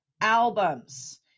albums